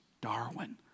Darwin